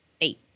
Eight